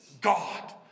God